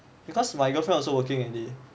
because my girlfriend also working already